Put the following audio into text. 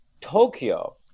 Tokyo